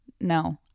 no